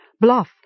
Bluff